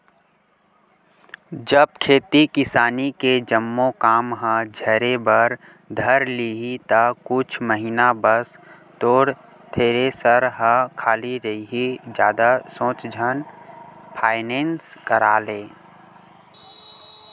जब खेती किसानी के जम्मो काम ह झरे बर धर लिही ता कुछ महिना बस तोर थेरेसर ह खाली रइही जादा सोच झन फायनेंस करा ले